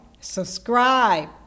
subscribe